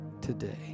today